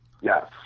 Yes